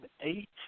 eight